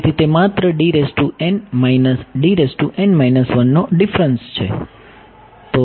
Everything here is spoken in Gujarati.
તેથી તે માત્ર નો ડીફરન્સ છે